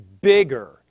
bigger